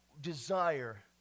desire